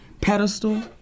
pedestal